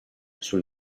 sul